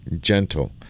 gentle